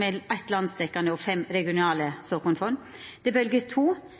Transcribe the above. med eitt landsdekkjande og fem regionale såkornfond bølgje 2, frå 2006–2021, med fire landsdekkjande såkornfond, og frå 2006–2023, med fem distriktsretta såkornfond I tillegg er det